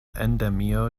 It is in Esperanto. endemio